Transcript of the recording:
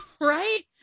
right